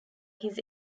his